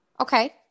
Okay